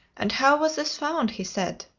and how was this found? he said.